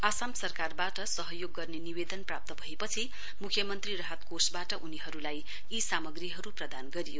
आसाम सरकारबाट सहयोग गर्ने निवेदन प्राप्त भएपछि मुख्यमन्त्री राहत कोषबाट उनीहरूलाई यी सामग्रीहरू प्रदान गरियो